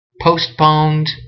postponed